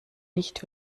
nicht